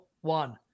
one